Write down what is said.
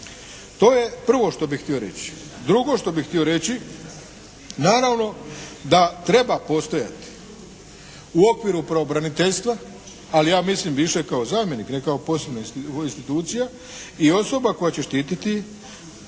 To je prvo što bih htio reći. Drugo što bih htio reći, naravno da treba postojati u okviru pravobraniteljstva, ali ja mislim više kao zamjenik, ne kao posebna institucija i osoba koja će štititi